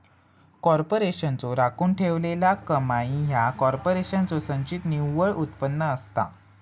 कॉर्पोरेशनचो राखून ठेवलेला कमाई ह्या कॉर्पोरेशनचो संचित निव्वळ उत्पन्न असता